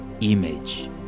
image